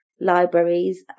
libraries